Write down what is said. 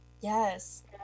yes